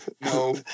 No